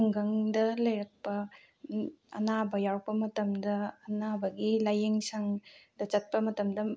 ꯈꯨꯡꯒꯪꯗ ꯂꯩꯔꯛꯄ ꯑꯅꯥꯕ ꯌꯥꯎꯔꯛꯄ ꯃꯇꯝꯗ ꯑꯅꯥꯕꯒꯤ ꯂꯥꯏꯌꯦꯡꯁꯪꯗ ꯆꯠꯄ ꯃꯇꯝꯗ